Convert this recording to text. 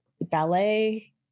ballet